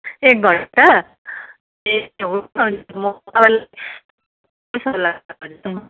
एक घन्टा ए हुन्छ हुन्छ म कल